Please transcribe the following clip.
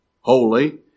holy